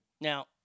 Now